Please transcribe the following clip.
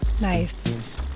Nice